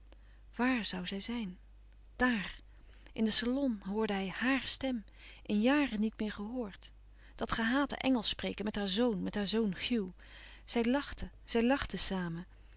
zoû zij zijn dààr in den salon hoorde hij haar stem in jaren niet meer gehoord dat gehate engelsch spreken met haar zoon met haar zoon hugh zij lachten zij lachten